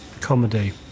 comedy